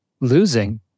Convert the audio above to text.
losing